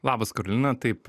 labas karolina taip